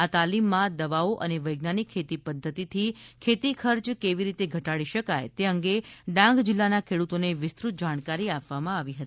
આ તાલીમમાં દવાઓ અને વૈજ્ઞાનિક ખેતી પધ્ધતિથી ખેતી ખર્ચ કેવી રીતે ઘટાડી શકાય તે અંગે ડાંગ જિલ્લાના ખેડુતોને વિસ્તૃત જાણકારી આપવામાં આવી હતી